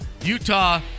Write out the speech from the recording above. Utah